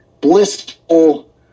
blissful